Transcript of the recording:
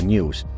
News